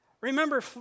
Remember